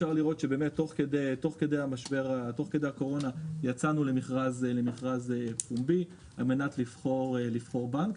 אפשר לראות שתוך כדי הקורונה יצאנו למכרז פומבי על מנת לבחור בנק,